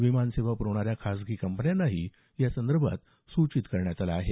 विमानसेवा पुरवणाऱ्या खासगी कंपन्यांनाही यासंदर्भात सूचित करण्यात आलं आहे